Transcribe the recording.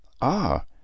Ah